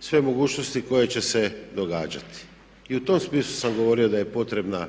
sve mogućnosti koje će se događati. I u tom smislu sam govorio da je potreba